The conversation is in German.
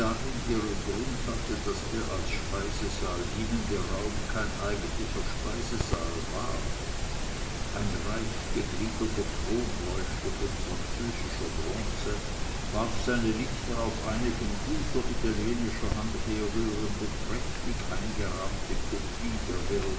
ihren grund hatte daß der als speisesaal dienende raum kein eigentlicher speisesaal war ein reichgegliederter kronleuchter von französischer bronze warf seine lichter auf eine von guter italienischer hand herrührende prächtig eingerahmte kopie der